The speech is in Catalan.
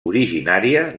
originària